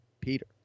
Peter